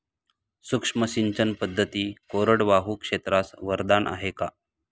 सूक्ष्म सिंचन पद्धती कोरडवाहू क्षेत्रास वरदान आहे का?